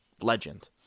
legend